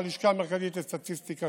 הלשכה המרכזית לסטטיסטיקה,